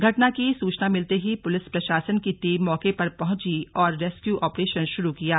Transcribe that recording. घटना की सूचना मिलते ही पुलिस प्रशासन की टीम मौके पर पहुंची और रेस्क्यू ऑपरेशन शुरू किया गया